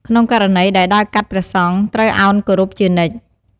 ក្នុងករណីដែលដើរកាត់ព្រះសង្ឃត្រូវអោនគោរពជានិច្ច។